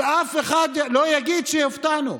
שאף אחד לא יגיד שהופתענו.